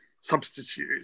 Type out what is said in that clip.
substitute